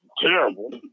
terrible